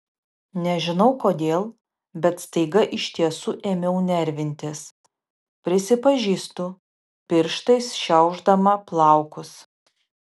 nežinau kodėl bet staiga iš tiesų ėmiau nervintis prisipažįstu pirštais šiaušdama plaukus